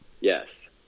Yes